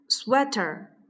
Sweater